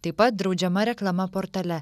taip pat draudžiama reklama portale